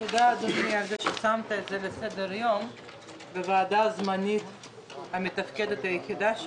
תודה אדוני ששמת את הנושא בסדר-היום בוועדה הזמנית המתפקדת היחידה.